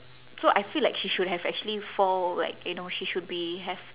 so I feel like she should have actually fall like you know she should be have